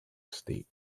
state